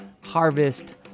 harvest